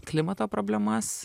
klimato problemas